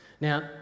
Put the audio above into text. Now